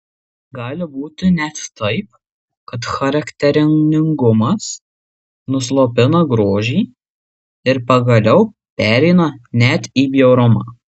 gali būti net taip kad charakteringumas nuslopina grožį ir pagaliau pereina net į bjaurumą